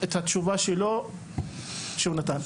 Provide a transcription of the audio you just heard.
את התשובה שלו שהוא נתן.